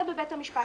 זה בבית המשפט.